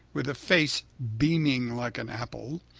with a face beaming like an apple,